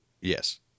Yes